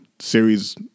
series